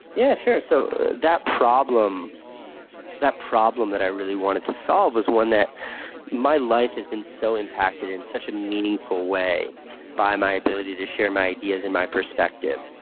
yeah, sure. so that problem that problem that i really wanted to solve was one that my life has been so impacted in such a meaningful way by my ability to share my ideas and my perspective.